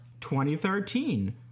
2013